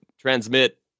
transmit